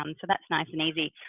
um so that's nice and easy.